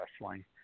wrestling